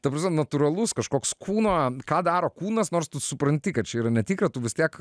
ta prasme natūralus kažkoks kūno ką daro kūnas nors tu supranti kad čia yra netikra tu vis tiek